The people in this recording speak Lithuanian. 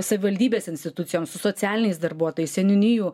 savivaldybės institucijom su socialiniais darbuotojais seniūnijų